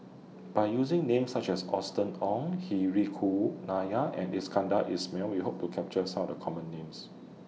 By using Names such as Austen Ong Hri Nair and Iskandar Ismail We Hope to capture Some of The Common Names